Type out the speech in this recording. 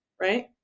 right